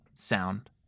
sound